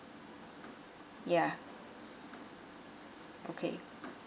yeah okay